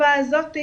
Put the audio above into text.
בתקופה הזאת,